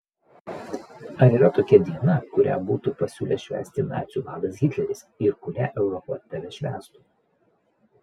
ar yra tokia diena kurią būtų pasiūlęs švęsti nacių vadas hitleris ir kurią europa tebešvęstų